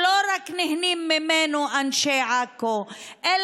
שלא רק אנשי עכו נהנים ממנו,